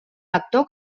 lector